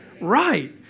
Right